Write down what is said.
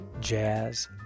jazz